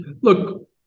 Look